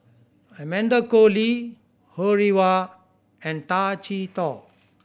Amanda Koe Lee Ho Rih Hwa and Tay Chee Toh